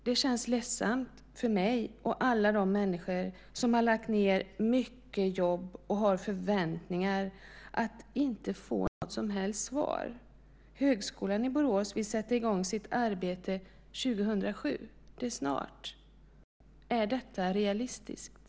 Det känns ledsamt för mig och alla de människor som har lagt ned mycket jobb och har förväntningar att inte få ett svar. Högskolan i Borås vill sätta i gång sitt arbete 2007. Det är snart. Är det realistiskt?